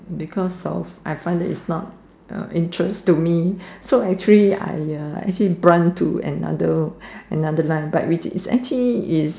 because of I find that is not uh interest to me so actually I uh actually brunch to another another line but it's actually is